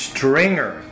Stringer